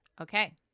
Okay